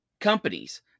companies